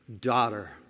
Daughter